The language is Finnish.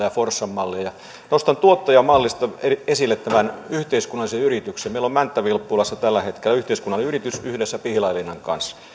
ja forssan malleja nostan tuottajamallista esille tämän yhteiskunnallisen yrityksen meillä on mänttä vilppulassa tällä hetkellä yhteiskunnallinen yritys yhdessä pihlajalinnan kanssa